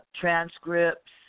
transcripts